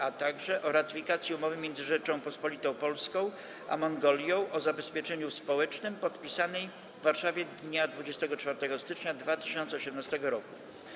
A także: - o ratyfikacji Umowy między Rzecząpospolitą Polską a Mongolią o zabezpieczeniu społecznym, podpisanej w Warszawie dnia 24 stycznia 2018 r.